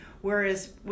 whereas